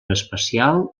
especial